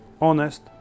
honest